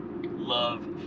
love